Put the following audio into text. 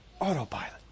autopilot